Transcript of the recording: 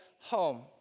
home